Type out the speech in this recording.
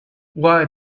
why